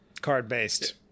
card-based